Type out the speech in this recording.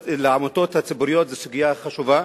לעמותות הציבוריות זו סוגיה חשובה,